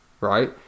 right